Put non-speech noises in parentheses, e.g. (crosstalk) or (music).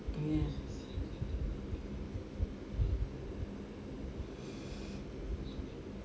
oh yeah (breath)